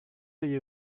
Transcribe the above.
you